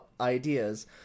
ideas